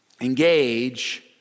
engage